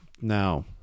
Now